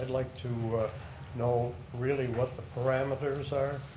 like to know really what the parameters are,